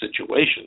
situation